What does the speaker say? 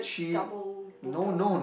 double boater